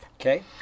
Okay